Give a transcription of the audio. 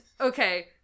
okay